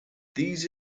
these